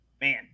Man